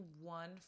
one